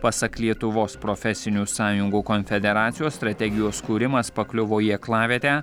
pasak lietuvos profesinių sąjungų konfederacijos strategijos kūrimas pakliuvo į aklavietę